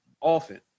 often